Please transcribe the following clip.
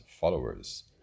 followers